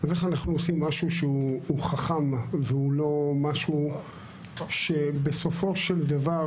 אז איך אנחנו עושים משהו חכם ולא משהו שבסופו של דבר